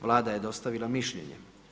Vlada je dostavila mišljenje.